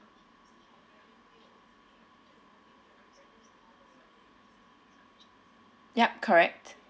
yup correct